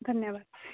ଧନ୍ୟବାଦ